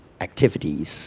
activities